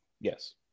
Yes